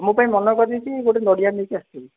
ମୋ ପାଇଁ ମନେକରିକି ଗୋଟେ ନଡ଼ିଆ ନେଇକି ଆସିଥିବୁ